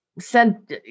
sent